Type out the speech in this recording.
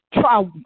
try